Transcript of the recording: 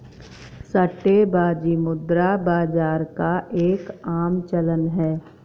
सट्टेबाजी मुद्रा बाजार का एक आम चलन है